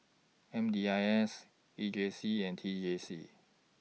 M D I S E J C and T J C